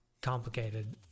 complicated